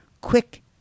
quick